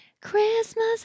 Christmas